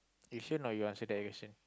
you sure not you answer that question